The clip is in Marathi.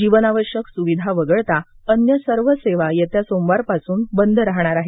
जीवनावश्यक सुविधा वगळता अन्य सर्व सेवा येत्या सोमवारपासून बंद राहणार आहेत